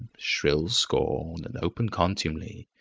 shrill scorn, and open contumely,